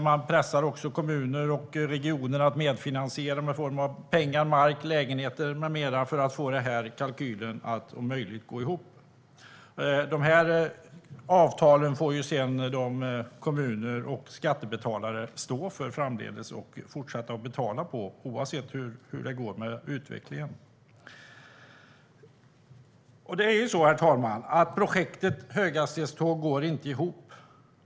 Man pressar också kommuner och regioner att medfinansiera i form av pengar, mark, lägenheter med mera för att få kalkylen att om möjligt att gå ihop. Dessa avtal får sedan kommuner och skattebetalare stå för framdeles och fortsätta att betala på oavsett hur det går med utvecklingen. Herr talman! Projektet höghastighetståg går inte ihop.